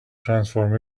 transform